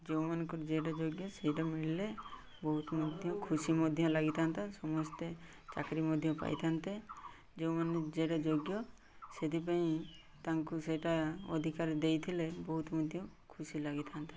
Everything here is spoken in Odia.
ଯେଉଁମାନଙ୍କର ଯେଉଁଟା ଯୋଗ୍ୟ ସେଇଟା ମିଳିଲେ ବହୁତ ମଧ୍ୟ ଖୁସି ମଧ୍ୟ ଲାଗିଥାନ୍ତା ସମସ୍ତେ ଚାକିରି ମଧ୍ୟ ପାଇଥାନ୍ତେ ଯେଉଁମାନେ ଯେଟା ଯୋଗ୍ୟ ସେଥିପାଇଁ ତାଙ୍କୁ ସେଇଟା ଅଧିକାର ଦେଇଥିଲେ ବହୁତ ମଧ୍ୟ ଖୁସି ଲାଗିଥାନ୍ତା